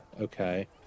Okay